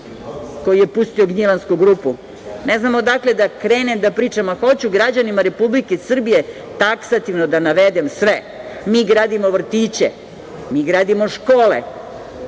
koji je pustio Gnjilansku grupu. Ne znam odakle da krenem da pričam. Hoću građanima Republike Srbije taksativno da navedem sve. Mi gradimo vrtiće, mi gradimo škole,